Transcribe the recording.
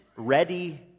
ready